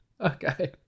Okay